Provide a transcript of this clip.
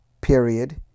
period